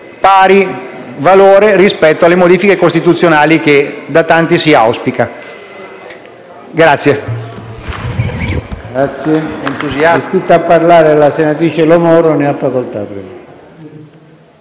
pari valore rispetto alle modifiche costituzionali che da tanti vengono auspicate.